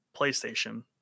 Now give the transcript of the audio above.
playstation